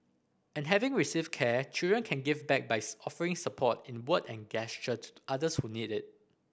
and having received care children can give back by offering support in a word and gesture to others who need it